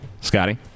Scotty